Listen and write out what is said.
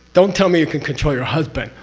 don't tell me you can control your husband,